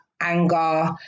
anger